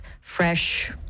fresh